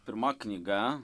pirma knyga